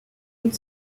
une